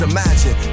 Imagine